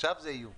עכשיו זה איום